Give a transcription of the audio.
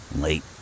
Late